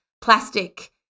plastic